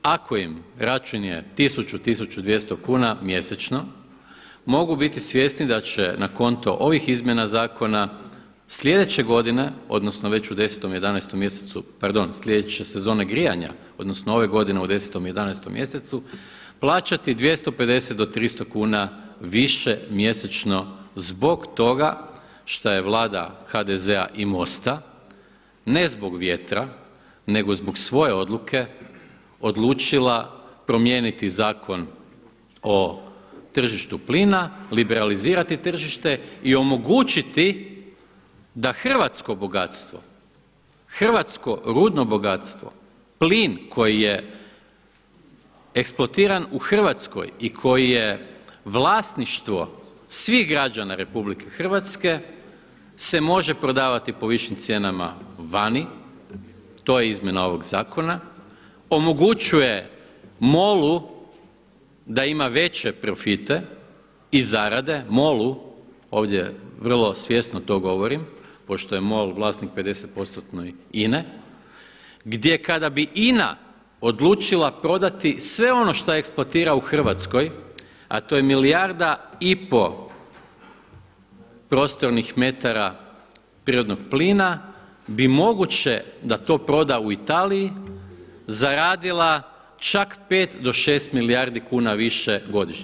Ako im račun je 1000, 1200 kn mjesečno mogu biti svjesni da će na konto ovih izmjena zakona sljedeće godine, odnosno već u 10.-tom, 11.-tom mjesecu, pardon, sljedeće sezone grijanja, odnosno ove godine u 10.-tom, 11.-tom mjesecu plaćati 250 do 300 kuna više mjesečno zbog toga šta je Vlada HDZ-a i MOST-a, ne zbog vjetra nego zbog svoje odluke odlučila promijeniti Zakon o tržištu plina, liberalizirati tržište i omogućiti da hrvatsko bogatstvo, hrvatsko rudno bogatstvo, plin koji je eksploatiran u Hrvatskoj i koji je vlasništvo svih građana RH se može prodavati po višim cijenama vani, to je izmjena ovog zakona, omogućuje MOL-u da ima veće profite i zarade, MOL-u, ovdje vrlo svjesno to govorim, pošto je MOL vlasnik 50%-tno INA-e, gdje kada bi INA odlučila prodati sve ono šta eksploatira u Hrvatskoj a to je milijarda i pol prostornih metara prirodnog plina bi moguće da to proda u Italiji zaradila čak 5 do 6 milijardi kuna više godišnje.